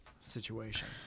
situation